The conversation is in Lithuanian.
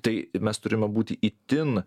tai mes turime būti itin